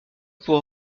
pour